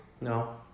No